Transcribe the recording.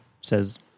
says